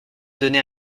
donner